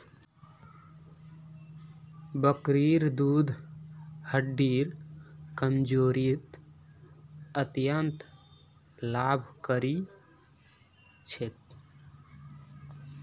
बकरीर दूध हड्डिर कमजोरीत अत्यंत लाभकारी छेक